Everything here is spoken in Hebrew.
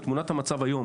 תמונת המצב היום,